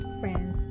friends